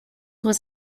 was